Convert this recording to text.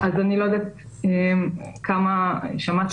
אז אני לא יודעת כמה שמעתם קודם.